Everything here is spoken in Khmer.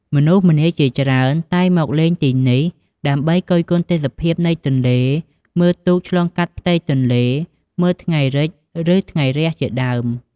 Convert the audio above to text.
មនុស្សម្នាជាច្រើនតែងមកលេងទីនេះ ដើម្បីគយគន់ទេសភាពនៃទន្លេ មើលទូកឆ្លងកាត់ផ្ទៃទន្លេ មើលថ្ងៃលិច ឬថ្ងៃរះជាដើម។